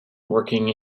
working